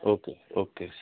okay okay